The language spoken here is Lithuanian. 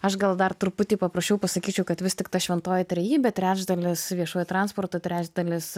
aš gal dar truputį paprasčiau pasakyčiau kad vis tik ta šventoji trejybė trečdalis viešuoju transportu trečdalis